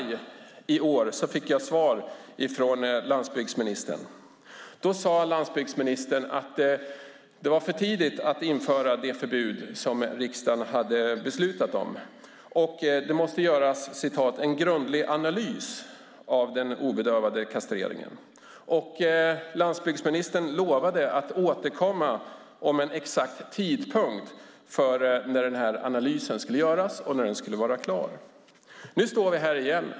Den 11 maj i år fick jag svar från landsbygdsministern. Då sade landsbygdsministern att det var för tidigt att införa det förbud som riksdagen hade beslutat om. Det måste göras "en grundlig analys" av den obedövade kastreringen. Landsbygdsministern lovade att återkomma om en exakt tidpunkt för när analysen skulle göras och när den skulle vara klar. Nu står vi här igen.